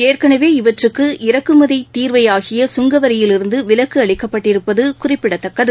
ஏற்கனவே இவற்றுக்கு இறக்குமதி தீர்வையாகிய சுங்கவரியிலிருந்து விலக்கு அளிக்கப்பட்டிருப்பது குறிப்பிடத்தக்கது